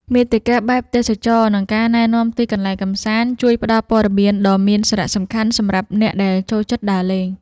មាតិកាបែបទេសចរណ៍ និងការណែនាំទីកន្លែងកម្សាន្ត ជួយផ្ដល់ព័ត៌មានដ៏មានសារៈសំខាន់សម្រាប់អ្នកដែលចូលចិត្តដើរលេង។